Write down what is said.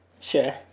Sure